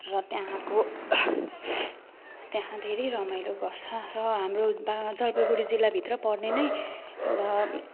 र त्यहाँको त्यहाँ धेरै रमाइलो गर्छ र हाम्रो दा जलपाइगुडी जिल्लाभित्र पर्ने नै र